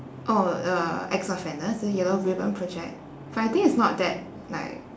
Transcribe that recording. oh uh ex-offenders the yellow ribbon project but I think it's not that like